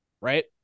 Right